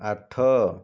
ଆଠ